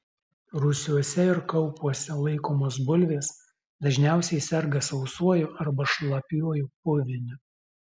rūsiuose ir kaupuose laikomos bulvės dažniausiai serga sausuoju arba šlapiuoju puviniu